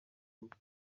rugo